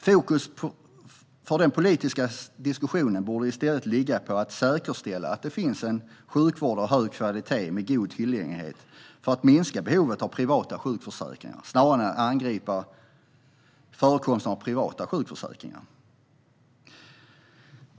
Fokus för den politiska diskussionen borde i stället ligga på att säkerställa att det finns en sjukvård av hög kvalitet med god tillgänglighet för att minska behovet av privata sjukförsäkringar, snarare än att angripa förekomsten av privata sjukförsäkringar.